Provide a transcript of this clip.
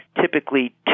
typically